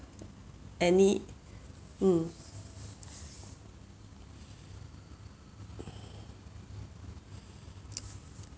any mm